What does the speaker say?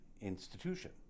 institution